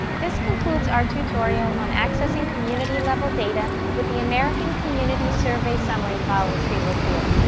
this concludes our tutorial on accessing community level data with the american community survey summary file retrieval tool.